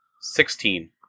Sixteen